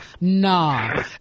nah